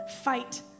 fight